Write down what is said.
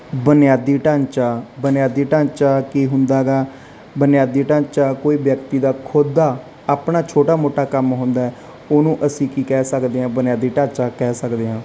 ਬੁਨਿਆਦੀ ਢਾਂਚਾ ਬੁਨਿਆਦੀ ਢਾਂਚਾ ਕੀ ਹੁੰਦਾ ਗਾ ਬੁਨਿਆਦੀ ਢਾਂਚਾ ਕੋਈ ਵਿਅਕਤੀ ਦਾ ਖੁਦ ਦਾ ਆਪਣਾ ਛੋਟਾ ਮੋਟਾ ਕੰਮ ਹੁੰਦਾ ਉਹਨੂੰ ਅਸੀਂ ਕੀ ਕਹਿ ਸਕਦੇ ਹਾਂ ਬੁਨਿਆਦੀ ਢਾਂਚਾ ਕਹਿ ਸਕਦੇ ਹਾਂ